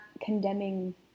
condemning